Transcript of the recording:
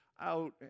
out